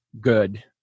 good